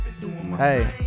Hey